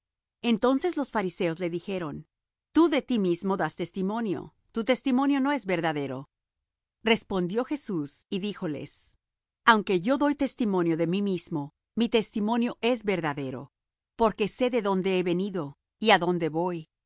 entonces los fariseos le dijeron tú de ti mismo das testimonio tu testimonio no es verdadero respondió jesús y díjoles aunque yo doy testimonio de mí mismo mi testimonio es verdadero porque sé de dónde he venido y á dónde voy